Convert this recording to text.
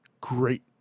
great